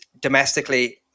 domestically